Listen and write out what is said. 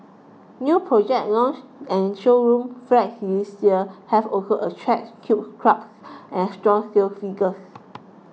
new project launch and showroom flats this year have also attracted huge crowds and strong sales figures